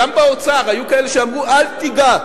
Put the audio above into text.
גם באוצר היו כאלה שאמרו: אל תיגע,